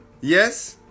Yes